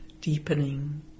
deepening